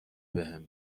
بهم